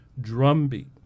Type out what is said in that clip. drumbeat